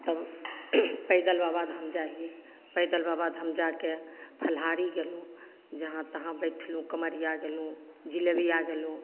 तब पैदल बाबाधाम जा हिए पैदल बाबाधाम जाके फलाहारी गेलहुँ जहाँ तहाँ बैठलहुँ कमरिआ गेलहुँ जिलेबिआ गेलहुँ